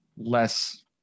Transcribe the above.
less